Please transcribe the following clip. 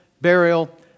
burial